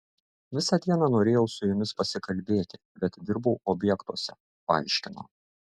visą dieną norėjau su jumis pasikalbėti bet dirbau objektuose paaiškino